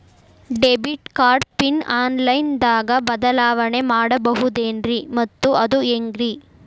Debit card PIN online ದಾಗ ಬದಲಾವಣೆ ಮಾಡಬಹುದೇನ್ರಿ ಮತ್ತು ಅದು ಹೆಂಗ್ರಿ?